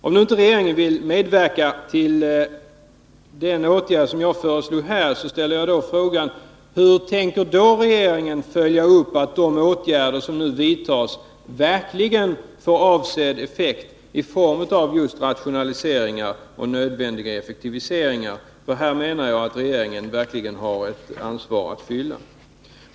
Om inte regeringen vill medverka till den åtgärd som jag föreslog här, ställer jag frågan: Hur tänker regeringen följa upp att de åtgärder som nu vidtas verkligen får avsedd effekt i form av just rationaliseringar och nödvändig effektivisering? Här menar jag att regeringen verkligen har ett ansvar att fylla.